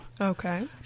Okay